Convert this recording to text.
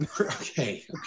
Okay